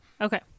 Okay